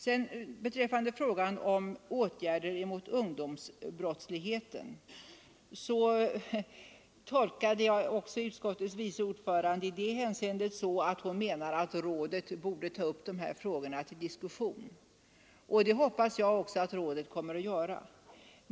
Också vad avser frågan om åtgärder mot ungdomsbrottsligheten tolkade jag utskottets vice ordförande så, att hon menar att rådet borde ta upp de problemen till diskussion. Det hoppas jag att rådet också kommer att göra.